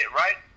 right